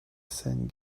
scène